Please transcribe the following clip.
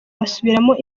basubiramo